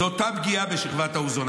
זאת אותה פגיעה בשכבת האוזון.